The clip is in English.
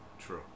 True